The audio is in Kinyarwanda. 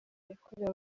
yakorewe